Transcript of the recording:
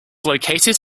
located